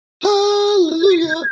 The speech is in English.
Hallelujah